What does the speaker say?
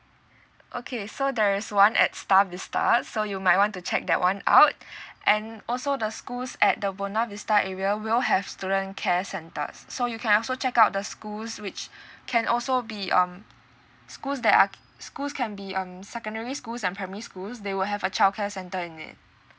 okay so there's one at star vista so you might want to check that [one] out and also the schools at the buona vista area will have student care centre so you can also check out the schools which can also be um schools that are schools can be um secondary schools and primary schools they will have a childcare centre in it